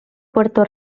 puerto